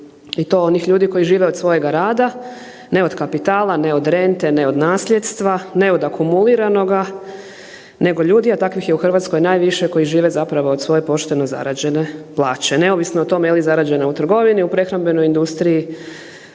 I to onih ljudi koji žive od svojega rada, ne od kapitala, ne od rente, ne od nasljedstva, ne od akumuliranoga, nego ljudi a takvih je Hrvatskoj najviše koji žive zapravo od svoje pošteno zarađene plaće neovisno o tome jel zarađena u trgovini, u prehrambenoj industriji,